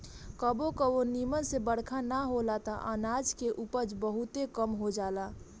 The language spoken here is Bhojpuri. कबो कबो निमन से बरखा ना होला त अनाज के उपज बहुते कम हो जाला